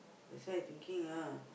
that's why thinking ah